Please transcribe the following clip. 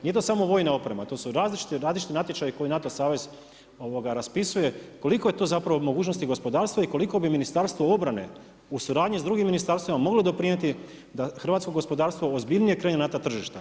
Nije to samo vojna oprema, to su različiti natječaji koji NATO savez raspisuje, koliko je tu mogućnosti gospodarstva i koliko bi Ministarstvo obrane u suradnji s drugim ministarstvima mogli doprinijeti da hrvatsko gospodarstvo ozbiljnije krene na ta tržišta?